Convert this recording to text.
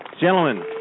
Gentlemen